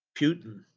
Putin